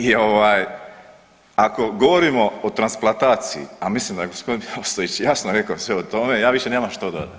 I ako govorimo o transplantaciji, a mislim da je g. Ostojić jasno rekao sve o tome ja više nemam što dodat.